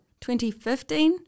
2015